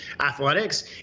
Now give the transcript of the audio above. athletics